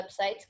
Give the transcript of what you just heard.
websites